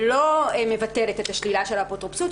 לא מבטלת את השלילה של האפוטרופסות.